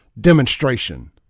demonstration